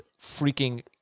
freaking